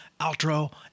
outro